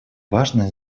важное